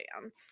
dance